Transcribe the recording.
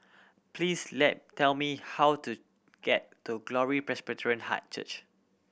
please let tell me how to get to Glory Presbyterian Church